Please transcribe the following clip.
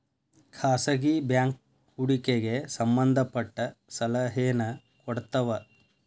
ಖಾಸಗಿ ಬ್ಯಾಂಕ್ ಹೂಡಿಕೆಗೆ ಸಂಬಂಧ ಪಟ್ಟ ಸಲಹೆನ ಕೊಡ್ತವ